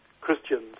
Christians